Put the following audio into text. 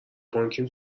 بانکیم